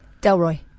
delroy